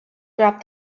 dropped